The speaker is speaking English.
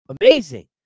amazing